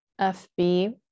FB